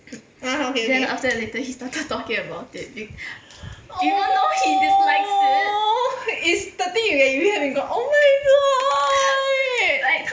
(uh huh) okay okay !aww! is the thing you that you have in oh my god